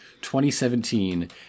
2017